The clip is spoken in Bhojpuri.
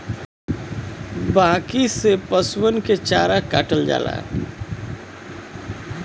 बांकी से पसुअन के चारा काटल जाला